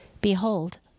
behold